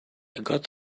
got